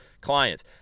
clients